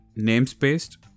namespaced